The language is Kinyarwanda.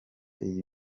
iyi